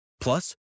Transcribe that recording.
Plus